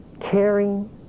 caring